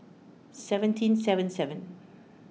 seventeen seven seven